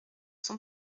son